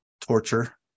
torture